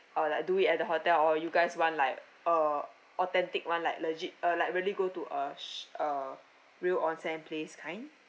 uh like do it at the hotel or or you guys want like uh authentic one like legit uh like really go to a sh~ a real onsen place kind